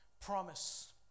promise